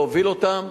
להוביל אותם.